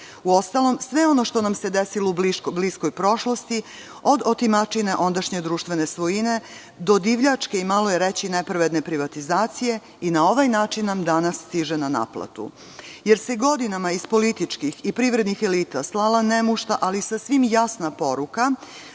advokate. Uostalom, sve ono što nam se desilo u bliskoj prošlosti, od otimačine ondašnje društvene svojine do divljačke i, malo je reći, nepravedne privatizacije, i na ovaj način nam danas stiže na naplatu, jer se godinama iz političkih i privrednih elita slala nemušta, ali sasvim jasna poruka